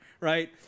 Right